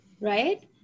right